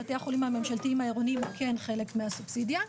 בבתי החולים הממשלתיים העירוניים הוא כן חלק מהסובסידיה.